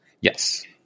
Yes